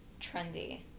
trendy